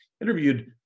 interviewed